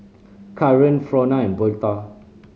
Kaaren Frona and Berta